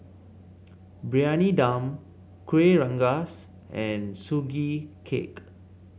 Briyani Dum Kueh Rengas and Sugee Cake